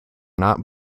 not